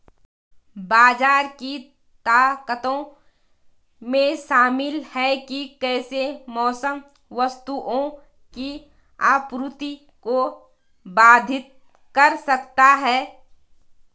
बाजार की ताकतों में शामिल हैं कि कैसे मौसम वस्तुओं की आपूर्ति को बाधित कर सकता है